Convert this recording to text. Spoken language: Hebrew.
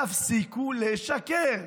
תפסיקו לשקר.